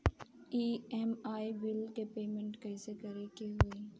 EMI bill के payment कइसे करे के होई?